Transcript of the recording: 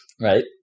right